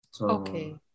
Okay